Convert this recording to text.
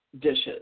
dishes